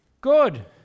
good